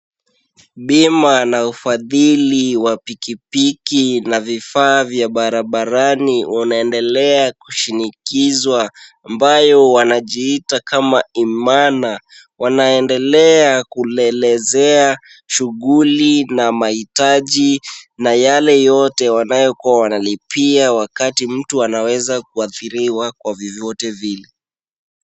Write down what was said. Bima na ufadhili wa pikipiki na vifaa vya barabarani unaendelea kushinikizwa ,ambayo wanajiita kama Imana wanaendelea kulelezea shughli na maitaji na yale yote wanayokua wanalipia wakati mtu anaweza kuadhiriwa kwa vyovyote vile .